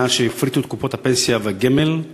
מאז שהפריטו את קופות הפנסיה והגמל,